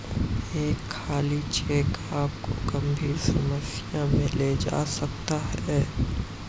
एक खाली चेक आपको गंभीर समस्या में ले जा सकता है